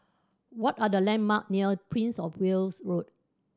what are the landmark near Prince Of Wales Road